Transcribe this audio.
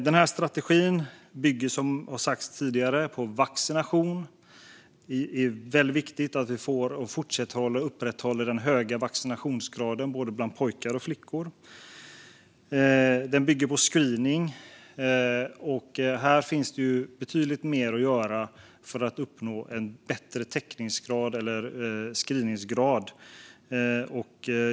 Denna strategi bygger som sagt på vaccination; det är väldigt viktigt att vi upprätthåller den höga vaccinationsgraden bland både pojkar och flickor. Den bygger också på screening, och där finns det betydligt mer att göra för att uppnå en bättre täckningsgrad eller grad av screening.